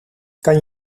kan